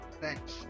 Thanks